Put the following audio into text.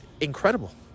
incredible